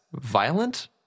violent